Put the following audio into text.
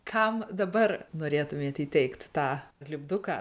kam dabar norėtumėt įteikti tą lipduką